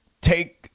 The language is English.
take